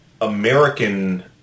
American